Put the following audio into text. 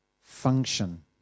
function